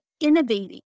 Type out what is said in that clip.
innovating